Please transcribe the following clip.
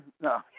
No